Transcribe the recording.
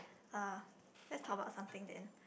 ah let's talk about something then